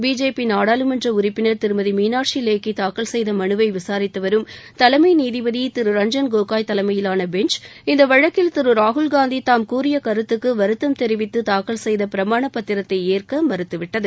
BJP நாடாளுமன்ற உறுப்பினர் திருமதி மீனாட்சி லேக்கி தாக்கல் செய்த மனுவை விசாரித்து வரும் தலைமை நீதிபதி திரு ரஞ்சன் கோகோய் தலைமயிலான பெஞ்ச் இந்த வழக்கில் திரு ராகுல்காந்தி தாம் கூறிய கருத்துக்கு வருத்தம் தெரிவித்து தாக்கல் செய்த பிரமாணப் பத்திரத்தை ஏற்க மறுத்து விட்டது